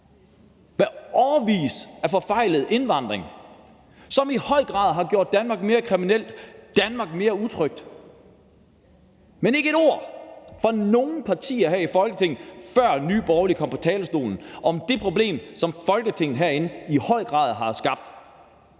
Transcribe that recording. mange år med en forfejlet indvandringspolitik, hvilket i høj grad har gjort Danmark mere kriminelt og gjort Danmark mere utrygt. Men ikke ét ord har der været fra nogen partier her i Folketinget, før Nye Borgerlige kom på talerstolen, om det problem, som Folketinget herinde i høj grad har skabt.